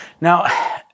Now